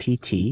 PT